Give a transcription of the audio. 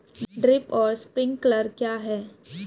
Drip और sprinkler क्या हैं?